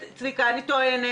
צביקה, אני טוענת